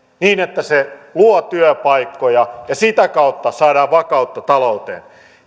että se luo työpaikkoja ja sitä kautta saadaan vakautta talouteen